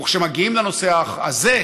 וכשמגיעים לנושא הזה,